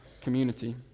community